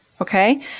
Okay